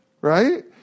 right